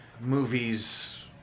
movies